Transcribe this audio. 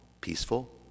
peaceful